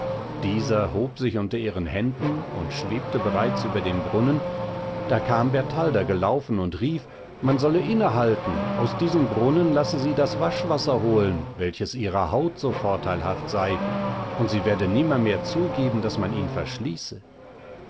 dieser hob sich unter ihren händen und schwebte bereits über dem brunnen da kam bertalda gelaufen und rief man solle innehalten aus diesem brunnen lasse sie das waschwasser holen welches ihrer haut so vorteilhaft sei und sie werde nimmermehr zugeben daß man ihn verschließe